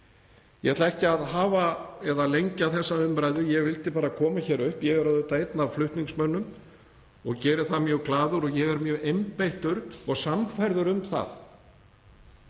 Ég ætla ekki að lengja þessa umræðu. Ég vildi bara koma hér upp. Ég er auðvitað einn af flutningsmönnum og geri það mjög glaður. Ég er mjög einbeittur og sannfærður um að